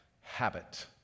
habit